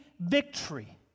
victory